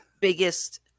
biggest